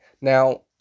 Now